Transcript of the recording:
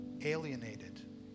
alienated